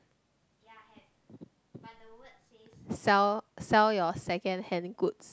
sell sell your second hand goods